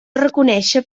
reconéixer